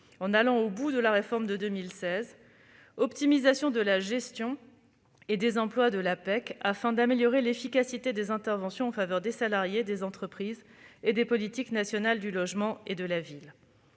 de mener à son terme la réforme de 2016 ; optimisation de la gestion et des emplois de la PEEC, afin d'améliorer l'efficacité des interventions en faveur des salariés, des entreprises et des politiques nationales du logement et de la ville.